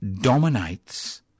dominates